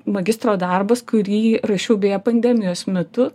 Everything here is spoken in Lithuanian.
magistro darbas kurį rašiau beje pandemijos metu